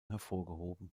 hervorgehoben